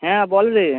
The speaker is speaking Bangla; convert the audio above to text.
হ্যাঁ বল রে